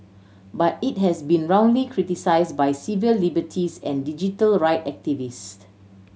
but it has been roundly criticise by civil liberties and digital right activist